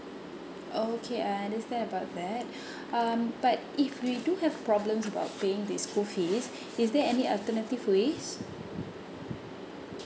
oh okay I understand about that um but if we do have problems about paying this school fees is there any alternative ways